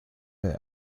der